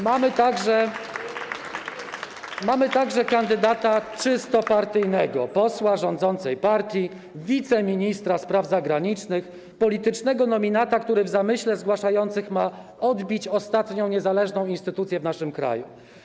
Mamy także kandydata czysto partyjnego, posła rządzącej partii, wiceministra spraw zagranicznych, politycznego nominata, który w zamyśle zgłaszających ma odbić ostatnią niezależną instytucję w naszym kraju.